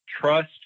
trust